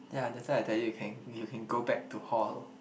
yeah that's why I tell you can you can go back to hall